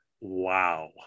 wow